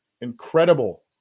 incredible